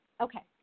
Okay